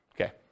Okay